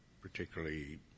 particularly